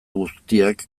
guztiak